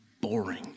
boring